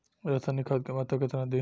रसायनिक खाद के मात्रा केतना दी?